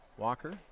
Walker